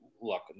Look